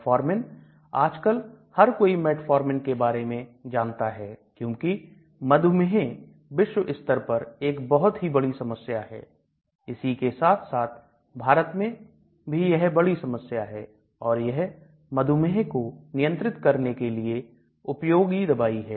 Metformin आजकल हर कोई मेटफॉर्मिन के बारे में जानता है क्योंकि मधुमेह विश्व स्तर पर एक बहुत ही बड़ी समस्या है इसी के साथ साथ भारत में भी यह बड़ी समस्या है और यह मधुमेह को नियंत्रित करने के लिए उपयोगी दवाई है